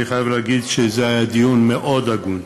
אני חייב להגיד שזה היה דיון מאוד הגון.